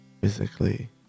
physically